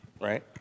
Right